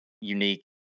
unique